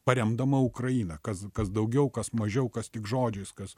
paremdama ukrainą kas kas daugiau kas mažiau kas tik žodžiais kas